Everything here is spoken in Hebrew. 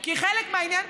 כי חלק מהעניין,